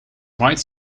white